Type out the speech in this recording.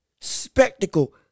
spectacle